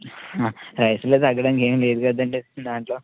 రైసులో తగ్గడానికి ఏమి లేదు కదండి దాంట్లో